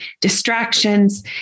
distractions